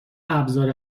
ابزار